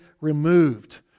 removed